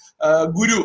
guru